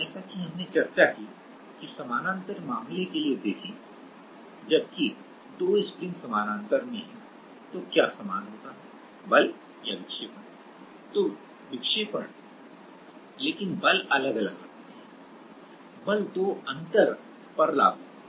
जैसा कि हमने चर्चा की कि समानांतर मामले के लिए देखें जबकि दो स्प्रिंग्स समानांतर में हैं तो क्या समान होता है बल या विक्षेपण तो विक्षेपण लेकिन बल अलग अलग लगते हैं बल दो अंतर पर लागू होते हैं